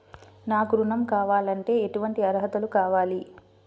నాకు ఋణం కావాలంటే ఏటువంటి అర్హతలు కావాలి?